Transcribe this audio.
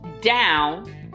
down